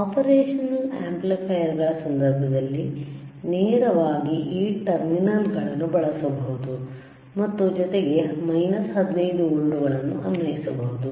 operational ಆಂಪ್ಲಿಫೈಯರ್ಗಳ ಸಂದರ್ಭದಲ್ಲಿ ನೇರವಾಗಿ ಈ ಟರ್ಮಿನಲ್ಗಳನ್ನು ಬಳಸಬಹುದು ಮತ್ತು ಜೊತೆಗೆ 15 ವೋಲ್ಟ್ಗಳನ್ನು ಅನ್ವಯಿಸಬಹುದು